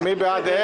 מי בעד?